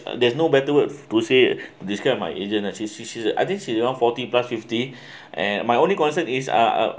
there's no better words to say this kind of my agent lah she she she I think she want forty plus fifty and my only concern is uh uh